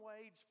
wage